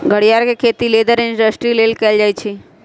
घरियार के खेती लेदर इंडस्ट्री लेल कएल जाइ छइ